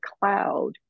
cloud